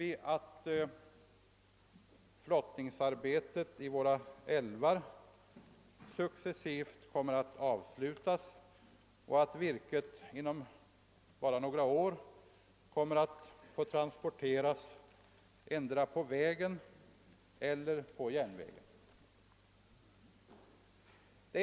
Vi vet att flottningsarbetet i våra älvar successivt kommer att upphöra och att virket inom bara några år måste transporteras antingen på landsväg eller på järnväg.